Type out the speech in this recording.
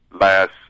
last